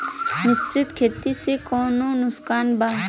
मिश्रित खेती से कौनो नुकसान बा?